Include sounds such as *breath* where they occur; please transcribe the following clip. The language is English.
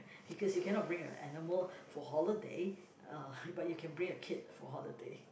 because you cannot bring a animal for holiday uh *breath* but you can bring a kid for holiday